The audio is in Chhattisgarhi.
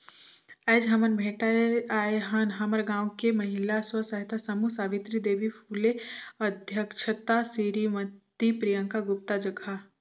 आयज हमन भेटाय आय हन हमर गांव के महिला स्व सहायता समूह सवित्री देवी फूले अध्यक्छता सिरीमती प्रियंका गुप्ता जघा